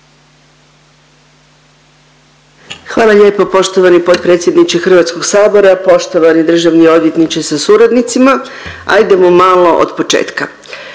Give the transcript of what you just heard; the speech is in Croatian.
Hvala lijepo poštovani potpredsjedniče Hrvatskog sabora. Poštovani državni odvjetniče sa suradnicima ajdemo malo od početka